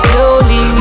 Slowly